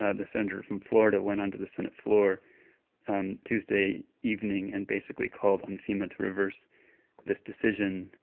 ah the senator from florida, went onto the senate floor um tuesday evening and basically called on fema to reverse this decision.